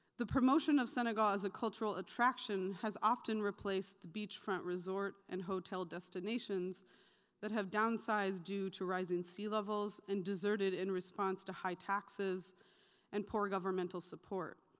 the promotion of senegal as a cultural attraction has often replaced the beachfront resort and hotel destinations that have downsized due to rising sea levels and deserted in response to high taxes and poor governmental support.